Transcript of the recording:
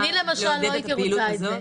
אני למשל לא הייתי רוצה את זה.